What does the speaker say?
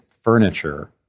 furniture